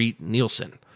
Nielsen